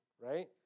right